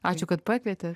ačiū kad pakvietė